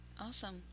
Awesome